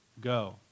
go